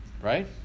Right